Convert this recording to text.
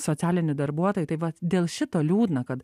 socialinį darbuotoją tai vat dėl šito liūdna kad